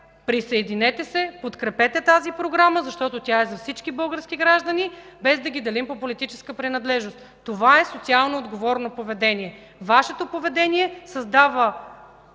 присъединете се, подкрепете тази програма, защото тя е за всички български граждани, без да ги делим по политическа принадлежност. Това е социално отговорно поведение. (Председателят дава